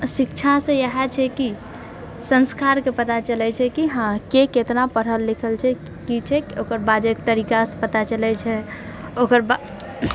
शिक्षासे इएह छैकि सन्स्कारके पता चलैछेकि हँ के कितना पढ़ल लिखल छै कि छै ओकर बाजए के तरीकासे पता चलैछै ओकरबा